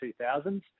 2000s